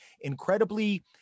incredibly